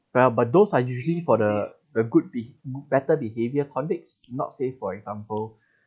but those are usually for the the good be~ better behaviour convicts not say for example